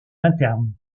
interne